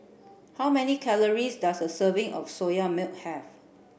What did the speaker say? how many calories does a serving of Soya Milk have